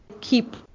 keep